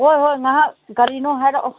ꯍꯣꯏ ꯍꯣꯏ ꯉꯥꯏꯍꯥꯛ ꯀꯔꯤꯅꯣ ꯍꯥꯏꯔꯛꯑꯣ